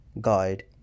guide